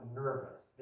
nervous